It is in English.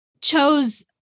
chose